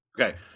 Okay